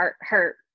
hurt